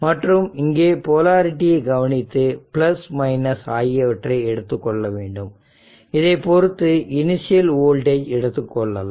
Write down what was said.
மற்றும் இங்கே போலரிட்டியை கவனித்து ஆகியவற்றை எடுத்துக் கொள்ள வேண்டும் இதை பொருத்து இனிஷியல் வோல்டேஜ் எடுத்துக்கொள்ளலாம்